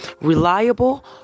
Reliable